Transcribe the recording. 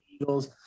Eagles